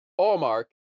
Allmark